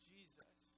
Jesus